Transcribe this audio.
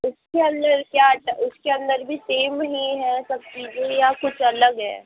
उसके अंदर क्या उसके अंदर भी सेम ही हैं सब चीज़ें या कुछ अलग है